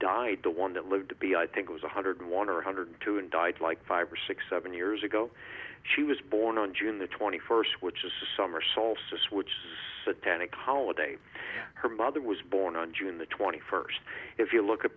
died the one that lived to be i think was one hundred one hundred two and died like five or six seven years ago she was born on june the twenty first which is summer solstice which satanic holiday her mother was born on june the twenty first if you look at